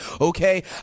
okay